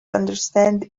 understand